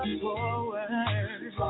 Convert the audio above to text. forward